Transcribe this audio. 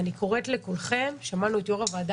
ואני קוראת לכולכם שמענו את יו"ר הוועדה